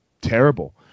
terrible